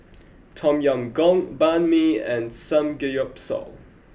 Tom Yam Goong Banh Mi and Samgeyopsal